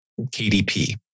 KDP